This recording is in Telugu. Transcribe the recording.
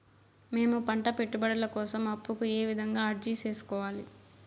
మేము పంట పెట్టుబడుల కోసం అప్పు కు ఏ విధంగా అర్జీ సేసుకోవాలి?